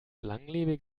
langlebig